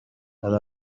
hari